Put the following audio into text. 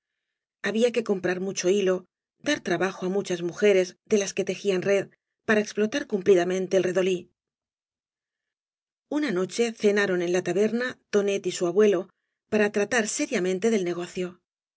había que comprar mucho hilo dar trabaja á muchas mujeres de las que tejían red para explotar cumplidamente el redolí una noche cenaron en la taberna tonet y su abuelo para tratar seriamente del negocio